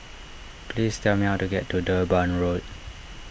please tell me how to get to Durban Road